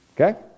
Okay